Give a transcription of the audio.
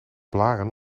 blaren